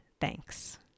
Thanks